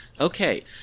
Okay